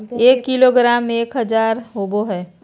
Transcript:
एक किलोग्राम में एक हजार ग्राम होबो हइ